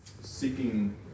seeking